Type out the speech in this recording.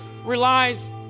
relies